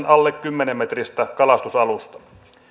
alle kymmenen metristä kalastusalusta